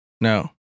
No